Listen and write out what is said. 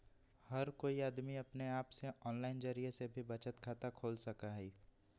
हर कोई अमदी अपने आप से आनलाइन जरिये से भी बचत खाता खोल सका हई